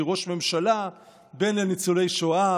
כי ראש ממשלה בן לניצולי שואה,